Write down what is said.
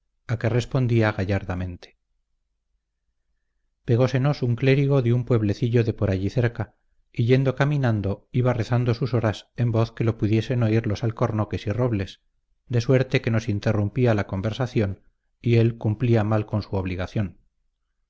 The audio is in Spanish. que respondía gallardamente pegósenos un clérigo de un pueblecillo de por allí cerca y yendo caminando iba rezando sus horas en voz que lo pudiesen oír los alcornoques y robles de suerte que nos interrumpía la conversación y él cumplía mal con su obligación